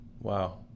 Wow